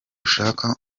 ushaka